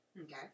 Okay